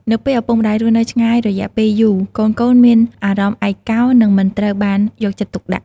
នៅពេលឪពុកម្តាយរស់នៅឆ្ងាយរយៈពេលយូរ កូនៗមានអារម្មណ៍ឯកោ និងមិនត្រូវបានយកចិត្តទុកដាក់។